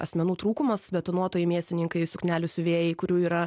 asmenų trūkumas betonuotojai mėsininkai suknelių siuvėjai kurių yra